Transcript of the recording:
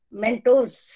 mentors